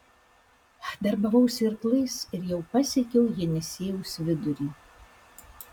darbavausi irklais ir jau pasiekiau jenisiejaus vidurį